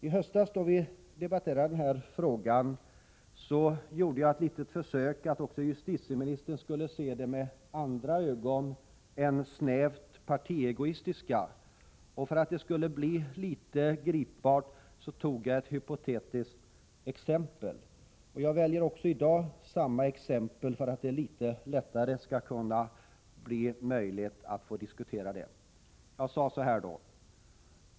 I höstas, då vi debatterade denna fråga, försökte jag få justitieministern att se på detta på ett litet annorlunda sätt än snävt partiegoistiskt, genom att jag tog ett hypotetiskt exempel för att därigenom göra det hela litet mera gripbart. Jag väljer även i dag samma exempel för att det skall vara möjligt att diskutera detta.